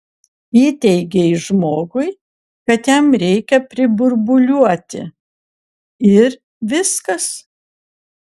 įteigei žmogui kad jam reikia priburbuliuoti ir viskas